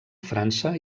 frança